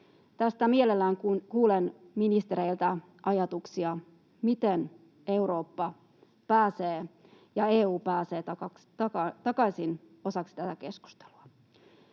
Tästä mielellään kuulen ministereiltä ajatuksia, miten Eurooppa ja EU pääsevät takaisin osaksi tätä keskustelua.